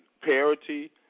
parity